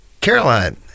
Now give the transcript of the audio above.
Caroline